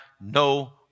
no